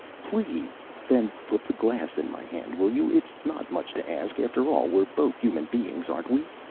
please. then put the glass in my hand, will you? it's not much to ask. after all, we're both human beings, aren't we?